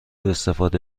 استفاده